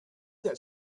that